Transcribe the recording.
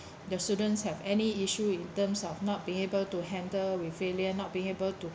the students have any issue in terms of not being able to handle with failure not being able to